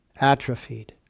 atrophied